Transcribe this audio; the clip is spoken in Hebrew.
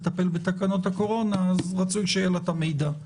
לטפל בתקנות הקורונה אז רצוי שיהיה לה את המידע.